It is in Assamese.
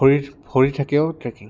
ভৰি ভৰি থাকেও ট্ৰেকিং